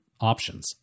options